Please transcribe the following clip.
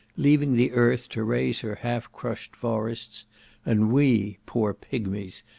leaving the earth to raise her half crushed forests and we, poor pigmies,